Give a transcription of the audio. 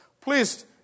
Please